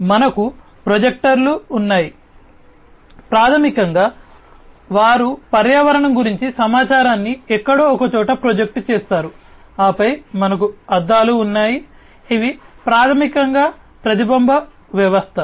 అప్పుడు మనకు ప్రొజెక్టర్లు ఉన్నాయి ప్రాథమికంగా వారు పర్యావరణం గురించి సమాచారాన్ని ఎక్కడో ఒకచోట ప్రొజెక్ట్ చేస్తారు ఆపై మనకు అద్దాలు ఉన్నాయి ఇది ప్రాథమికంగా ప్రతిబింబ వ్యవస్థ